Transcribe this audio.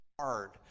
hard